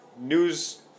news